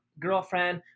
girlfriend